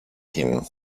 him